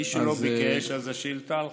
מי שלא ביקש, אז השאילתה הלכה.